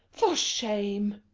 for shame!